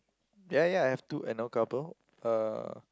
ya ya I have two couple